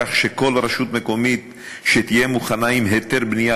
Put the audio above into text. כך שכל רשות מקומית שתהיה מוכנה עם היתר בנייה